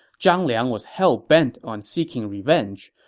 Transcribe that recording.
zhang liang was hell bent on seeking revenge,